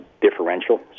differential